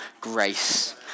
grace